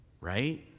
right